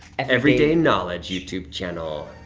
everyday knowledge. youtube channel.